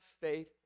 faith